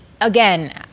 again